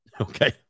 Okay